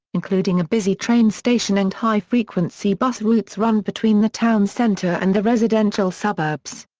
including a busy train station and high frequency bus routes run between the town centre and the residential suburbs.